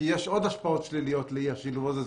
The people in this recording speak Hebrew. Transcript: כי יש עוד השפעות שליליות לאי השילוב הזה,